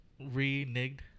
Reneged